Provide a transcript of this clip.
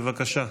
בבקשה.